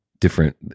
different